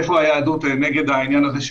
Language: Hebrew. הוא כתב ספר שלם על איפה היהדות נמצאת בעניין הזה.